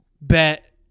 bet